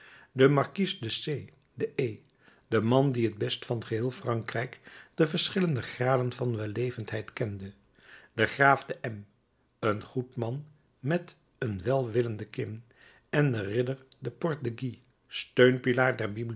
de markies de c de e de man die het best van geheel frankrijk de verschillende graden van wellevendheid kende de graaf de m een goed man met een welwillende kin en de ridder de port de guy steunpilaar